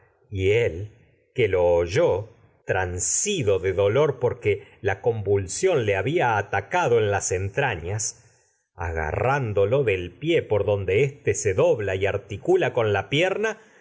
y él que encomendado lo oyó transido de dolor porque la convulsión le había atacado en las entrañas agarrándolo del con pie por donde éste se dobla y articula la pierna